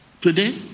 today